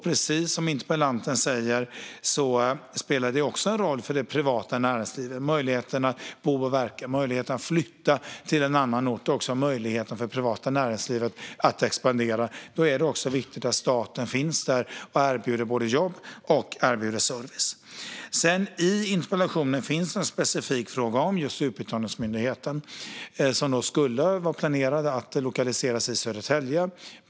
Precis som interpellanten säger spelar det också en roll för det privata näringslivet. Det handlar om möjligheterna att bo och verka och att flytta till en annan ort. Det handlar också om möjligheten för det privata näringslivet att expandera. Då är det viktigt att staten finns där och erbjuder både jobb och service. I interpellationen finns en specifik fråga om just Utbetalningsmyndigheten. Den var planerad att lokaliseras till Södertälje.